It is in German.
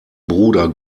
bruder